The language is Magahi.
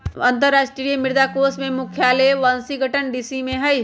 अंतरराष्ट्रीय मुद्रा कोष के मुख्यालय वाशिंगटन डीसी में हइ